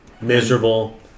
Miserable